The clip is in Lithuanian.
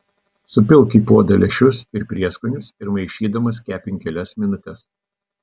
supilk į puodą lęšius ir prieskonius ir maišydamas kepink kelias minutes